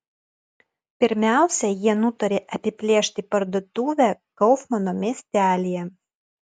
pirmiausia jie nutarė apiplėšti parduotuvę kaufmano miestelyje